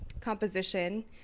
composition